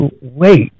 wait